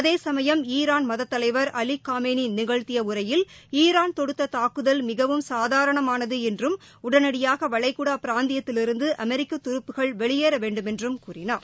அதேசமயம் ஈரான் மதத் தலைவர் அலிக் காமேனி நிகழ்த்திய உரையில் ஈரான் தொடுத்த தாக்குதல் மிகவும் சாதாரணமானது என்றும் உடனடியாக வளைகுடா பிராந்தியத்திலிருந்து அமெரிக்க துருப்புகள் வெளியேற வேண்டுமென்றும் கூறினார்